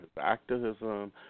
activism